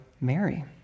Mary